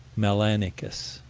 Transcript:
melanicus.